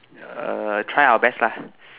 err try our best lah